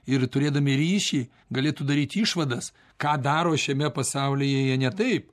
ir turėdami ryšį galėtų daryti išvadas ką daro šiame pasaulyje jie ne taip